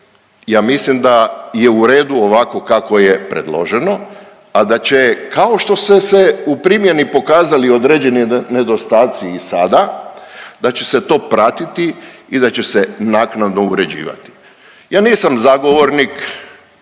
ja mislim da je u redu ovako kako je predloženo, a da će kao što su se u primjeni pokazali određeni nedostaci i sada da će se to pratiti i da će se naknadno uređivati. Ja nisam zagovornik